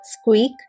Squeak